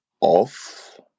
off